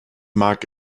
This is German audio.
mag